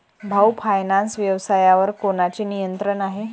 भाऊ फायनान्स व्यवसायावर कोणाचे नियंत्रण आहे?